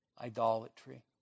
Idolatry